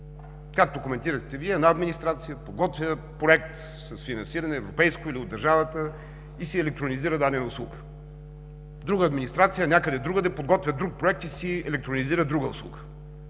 Както коментирахте Вие, една администрация подготвя проект с финансиране – европейско или от държавата, и си електронизира дадена услуга. Друга администрация – някъде другаде, подготвя друг проект и си електронизира друга услуга.